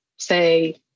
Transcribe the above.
say